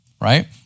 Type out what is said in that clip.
Right